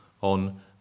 on